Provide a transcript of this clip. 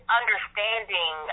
understanding